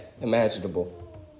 imaginable